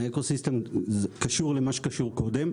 זה קשור למה שאמרו קודם,